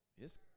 Yes